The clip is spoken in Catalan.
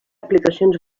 aplicacions